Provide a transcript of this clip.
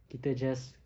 kita just